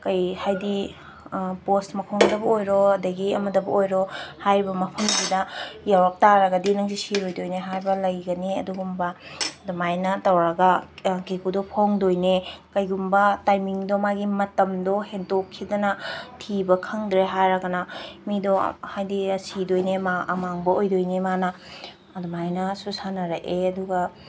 ꯀꯔꯤ ꯍꯥꯏꯗꯤ ꯄꯣꯁꯠ ꯃꯈꯣꯡꯗꯕꯨ ꯑꯣꯏꯔꯣ ꯑꯗꯒꯤ ꯑꯃꯗꯕꯨ ꯑꯣꯏꯔꯣ ꯍꯥꯏꯔꯤꯕ ꯃꯐꯝꯁꯤꯗ ꯌꯧꯔꯛ ꯇꯥꯔꯒꯗꯤ ꯅꯪꯁꯤ ꯁꯤꯔꯣꯏꯗꯣꯏꯅꯤ ꯍꯥꯏꯕ ꯂꯩꯒꯅꯤ ꯑꯗꯨꯒꯨꯝꯕ ꯑꯗꯨꯃꯥꯏꯅ ꯇꯧꯔꯒ ꯀꯦꯀꯨꯗꯣ ꯐꯣꯡꯗꯣꯏꯅꯦ ꯀꯔꯤꯒꯨꯝꯕ ꯇꯥꯏꯃꯤꯡꯗꯣ ꯃꯥꯒꯤ ꯃꯇꯝꯗꯣ ꯍꯦꯟꯇꯣꯛꯈꯤꯗꯅ ꯊꯤꯕ ꯈꯪꯗꯔꯦ ꯍꯥꯏꯔꯒꯅ ꯃꯤꯗꯣ ꯍꯥꯏꯗꯤ ꯁꯤꯗꯣꯏꯅꯦ ꯃꯥ ꯑꯃꯥꯡꯕ ꯑꯣꯏꯗꯣꯏꯅꯦ ꯃꯥꯅ ꯑꯗꯨꯃꯥꯏꯅꯁꯨ ꯁꯥꯟꯅꯔꯛꯑꯦ ꯑꯗꯨꯒ